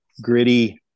gritty